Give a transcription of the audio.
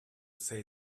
say